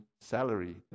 salary